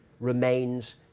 remains